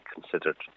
considered